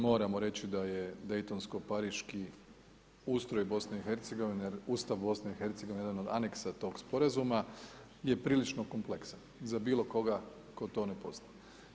Moramo reći da je Daytonsko-pariški ustroj BiH-a, Ustav BiH-a jedan od aneksa tog sporazuma je prilično kompleksan za bilo koga tko to ne poznaje.